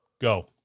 Go